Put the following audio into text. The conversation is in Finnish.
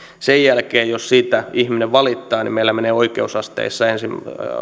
sen jälkeen jos siitä ihminen valittaa meillä menee ensin